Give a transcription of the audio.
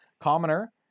commoner